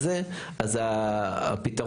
זה לפי החוק,